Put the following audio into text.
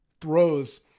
throws